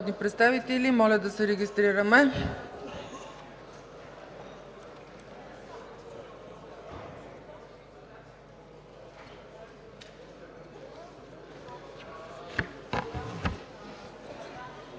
моля да се регистрираме!